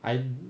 I